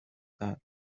that